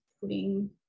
putting